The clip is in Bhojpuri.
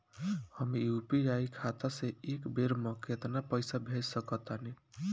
हम यू.पी.आई खाता से एक बेर म केतना पइसा भेज सकऽ तानि?